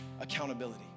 Accountability